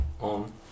on